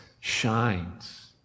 shines